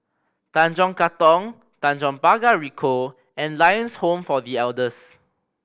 Tanjong Katong Tanjong Pagar Ricoh and Lions Home for The Elders